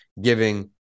giving